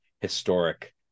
historic